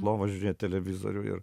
lovos žiūrėt televizorių ir